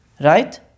Right